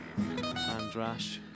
Andrash